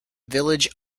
village